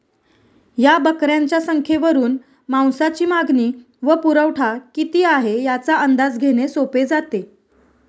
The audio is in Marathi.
या बकऱ्यांच्या संख्येवरून मांसाची मागणी व पुरवठा किती आहे, याचा अंदाज घेणे सोपे जाते